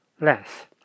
less